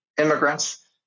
immigrants